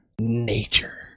nature